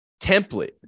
template